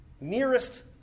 nearest